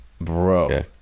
Bro